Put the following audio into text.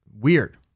Weird